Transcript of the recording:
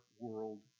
world